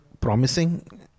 promising